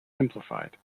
simplified